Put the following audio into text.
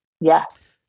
Yes